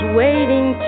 waiting